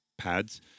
Pads